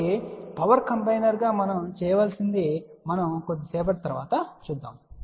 కాబట్టి power combiner గా మనం చేయవలసినది మనం కొద్దిసేపటి తరువాత చూస్తాము